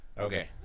Okay